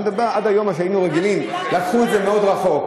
עד היום היינו רגילים, לקחו את זה מאוד רחוק.